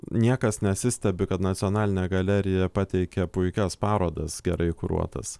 niekas nesistebi kad nacionalinė galerija pateikė puikias parodas gerai kuruotas